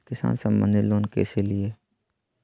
किसान संबंधित लोन कैसै लिये?